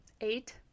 eight